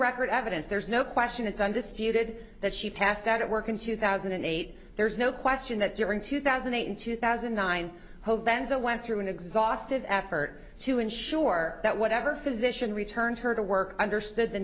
record evidence there's no question it's undisputed that she passed out at work in two thousand and eight there's no question that during two thousand and eight in two thousand and nine hole benza went through an exhaustive effort to ensure that whatever physician returned her to work understood the